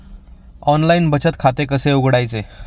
Online बचत खाते कसे उघडायचे?